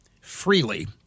freely